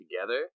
together